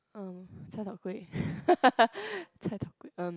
um cai-tao-kway cai-tao-kway um